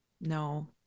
no